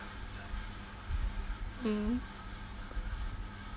mm